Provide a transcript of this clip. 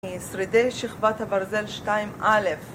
שרידי שכבת הברזל 2 א